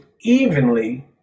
evenly